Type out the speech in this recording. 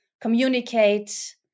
communicate